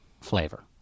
flavor